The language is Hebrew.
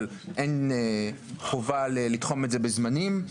אבל אין חובה לתחום את זה בזמנים.